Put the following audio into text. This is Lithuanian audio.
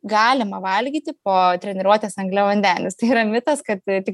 galima valgyti po treniruotės angliavandenis tai yra mitas kad tik